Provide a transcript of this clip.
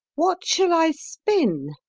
what shall i spin?